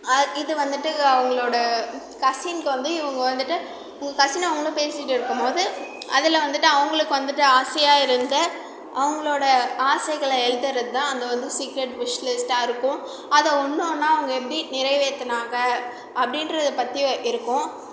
இது வந்துவிட்டு அவங்களோட கஸின்க்கு வந்து இவங்க வந்துவிட்டு உங்கள் கஸினும் அவங்களும் பேசிகிட்டு இருக்கும்போது அதில் வந்துவிட்டு அவங்களுக்கு வந்துவிட்டு ஆசையாக இருந்த அவங்களோட ஆசைகளை எழுதுறது தான் அங்கே வந்து சீக்ரெட் விஷ்லிஸ்ட்டாக இருக்கும் அதை ஒன்று ஒன்னாக அவங்க எப்படி நிறைவேத்துனாங்க அப்படின்றத பற்றி இருக்கும்